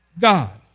God